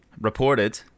reported